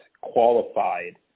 qualified